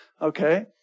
Okay